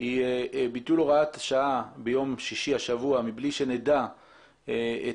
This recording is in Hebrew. היא ביטול הוראת השעה ביום שישי השבוע מבלי שנדע את